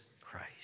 Christ